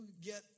get